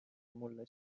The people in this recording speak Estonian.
mulle